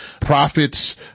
profits